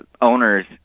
owners